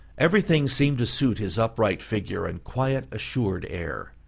everything seemed to suit his upright figure and quiet, assured air.